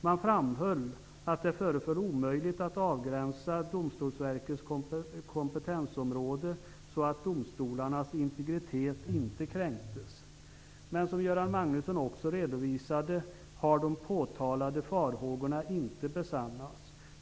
Man framhöll att det föreföll omöjligt att avgränsa Domstolsverkets kompetensområde så att domstolarnas integritet inte kränktes. Men som Göran Magnusson också redovisade har de påtalade farhågorna inte besannats.